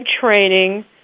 Training